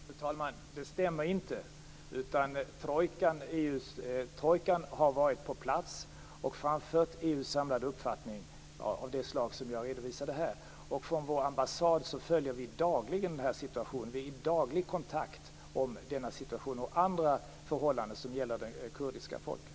Fru talman! Det stämmer inte. EU-trojkan har varit på plats och framfört EU:s samlade uppfattning av det slag som jag redovisade här. Och från vår ambassad följer vi dagligen den här situationen. Vi är i daglig kontakt om denna situation och andra förhållanden som gäller det kurdiska folket.